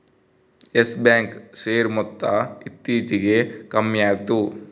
Yes Bank share ಮೊತ್ತ ಇತ್ತೀಚಿಗೆ ಕಮ್ಮ್ಯಾತು